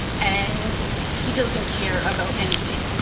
and he doesn't care about anything.